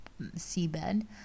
seabed